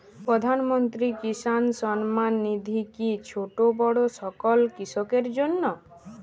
প্রধানমন্ত্রী কিষান সম্মান নিধি কি ছোটো বড়ো সকল কৃষকের জন্য?